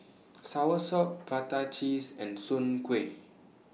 Soursop Prata Cheese and Soon Kuih